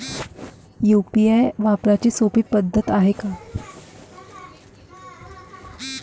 UPI वापराची सोपी पद्धत हाय का?